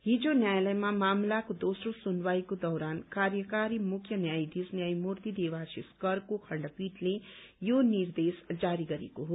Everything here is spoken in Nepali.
हिज न्यायालयमा मामिलाको दोम्रो सुनवाईको दौरान कार्यकारी मुख्य न्यायाधीश न्यायमूर्ति देवाशीष करको खण्डपीठले यो निर्देश जारी गरेको हो